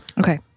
Okay